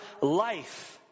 life